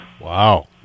Wow